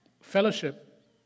fellowship